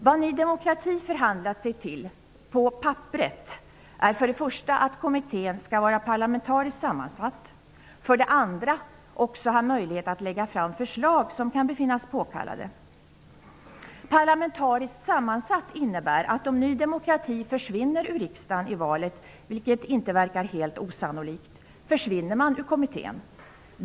Vad Ny demokrati förhandlat sig till på pappret är för det första att kommittén skall vara parlamentariskt sammansatt och för det andra att den skall ha möjlighet att lägga fram förslag som kan befinnas påkallade. ''Parlamentariskt sammansatt'' innebär att om Ny demokrati försvinner ur riksdagen i valet, vilket inte verkar helt osannolikt, försvinner man ur kommittén.